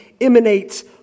emanates